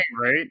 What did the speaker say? right